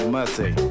Mercy